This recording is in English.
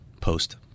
post